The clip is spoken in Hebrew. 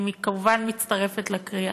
אני כמובן מצטרפת לקריאה.